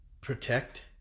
protect